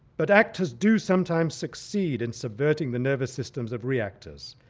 but actors do sometimes succeed in subverting the nervous systems of re-actors.